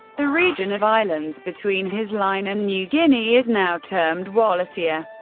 the region of islands between his line and new guinea is now termed wallacea.